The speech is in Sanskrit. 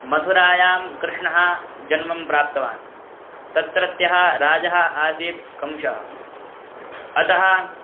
मथुरायां कृष्णः जन्म प्राप्तवान् तत्रत्यः राजा आसीत् कंसः अतः